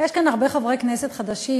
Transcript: יש כאן הרבה חברי כנסת חדשים,